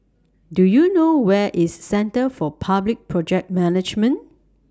Do YOU know Where IS Centre For Public Project Management